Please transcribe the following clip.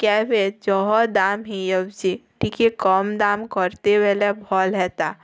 cab ହେ ଯହ ଦାମ୍ ହୋଇଯାଉଛି ଟିକେ କମ୍ ଦାମ୍ କର୍ତେ ବୋଲେ ଭଲ୍ ହେତା